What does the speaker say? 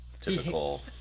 Typical